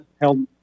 held